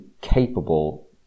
capable